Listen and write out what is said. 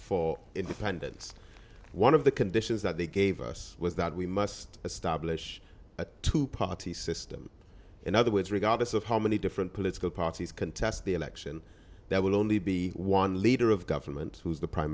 for independence one of the conditions that they gave us was that we must establish a two party system in other words regardless of how many different political parties contest the election there will only be one leader of government who is the prime